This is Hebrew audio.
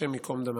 השם ייקום דמם.